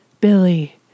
Billy